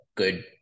Good